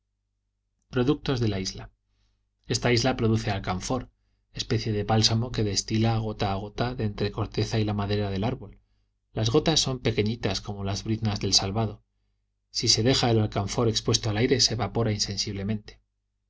productos de la isla esta isla produce alcanfor especie de bálsamo que destila gota a gota de entre la corteza y la madera del árbol las gotas son pequeñitas como las briznas del salvado si se deja el alcanfor expuesto al aire se evapora insensiblemente